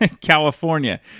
California